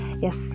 yes